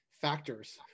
factors